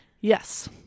Yes